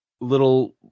little